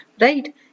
right